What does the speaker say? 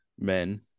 men